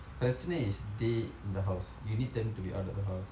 பிரச்சனை:piracchanai is they in the house you need them to be out of the house